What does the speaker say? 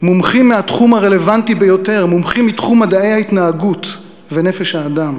מומחים מהתחום הרלוונטי ביותר: מומחים מתחום מדעי ההתנהגות ונפש האדם,